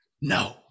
No